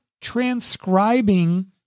transcribing